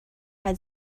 had